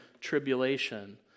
tribulation